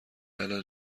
الان